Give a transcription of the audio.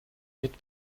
mit